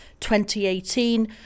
2018